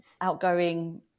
outgoing